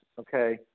okay